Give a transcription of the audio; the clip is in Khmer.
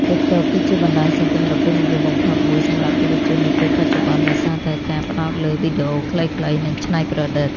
TikTok គឺជាបណ្ដាញសង្គមដ៏ពេញនិយមបំផុតមួយសម្រាប់យុវជននាពេលបច្ចុប្បន្ន ដោយសារតែការផ្ដោតលើ វីដេអូខ្លីៗ និងច្នៃប្រឌិត។